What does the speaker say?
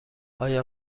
آیا